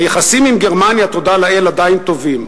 היחסים עם גרמניה, תודה לאל, עדיין טובים.